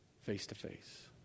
face-to-face